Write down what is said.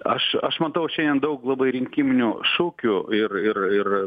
aš aš matau šiandien daug labai rinkiminių šūkių ir ir ir